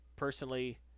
personally